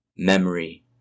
Memory